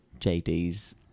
JD's